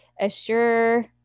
assure